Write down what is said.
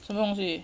什么东西